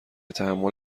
تحمل